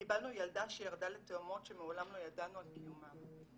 קיבלנו ילדה שירדה לתהומות שמעולם לא ידענו על קיומם,